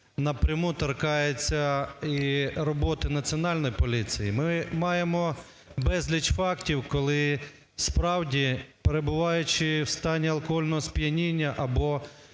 напряму торкається і роботи Національної поліції. Ми маємо безліч фактів, коли справді, перебуваючи в стані алкогольного сп'яніння або